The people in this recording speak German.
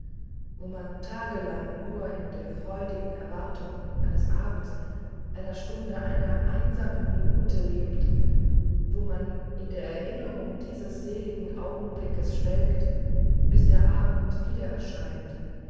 wo man tagelang nur in der freudigen erwartung eines abends einer stunde einer einsamen minute lebte wo man in der erinnerung dieses seligen augenblicks schwelgte bis der abend wieder erschien